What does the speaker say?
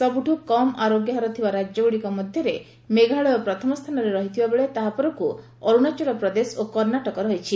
ସବୁଠୁ କମ୍ ଆରୋଗ୍ୟ ହାର ଥିବା ରାଜ୍ୟଗୁଡ଼ିକ ମଧ୍ୟରେ ମେଘାଳୟ ପ୍ରଥମ ସ୍ଥାନରେ ରହିଥିବା ବେଳେ ତାହା ପରକୁ ଅରୁଣାଚଳ ପ୍ରଦେଶ ଓ କର୍ଣ୍ଣାଟକ ରହିଛି